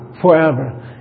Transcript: forever